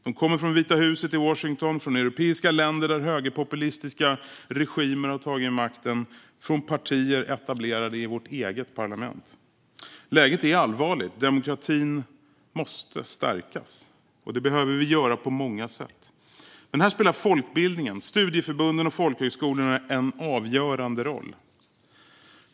De kommer från Vita huset i Washington, från europeiska länder där högerpopulistiska regimer har tagit makten och från partier som är etablerade i vårt eget parlament. Läget är allvarligt. Demokratin måste stärkas, och det behöver vi göra på många sätt. Här spelar folkbildningen - studieförbunden och folkhögskolorna - en avgörande roll.